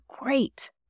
great